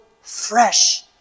fresh